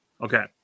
Okay